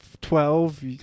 Twelve